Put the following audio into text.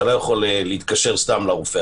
אתה לא יכול להתקשר סתם לרופא,